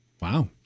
Wow